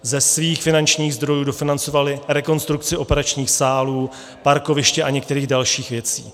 Ze svých finančních zdrojů dofinancovali rekonstrukci operačních sálů, parkoviště a některých dalších věcí.